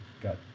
got